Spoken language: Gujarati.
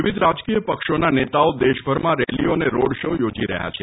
વિવિધ રાજકીય પક્ષોના નેતાઓ દેશભરમાં રેલીઓ અને રોડ શો યોજી રહ્યા છે